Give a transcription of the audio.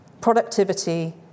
Productivity